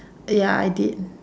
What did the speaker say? ya I did